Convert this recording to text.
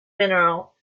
mineral